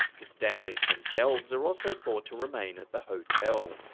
the stanleys themselves are also thought to remain at the hotel,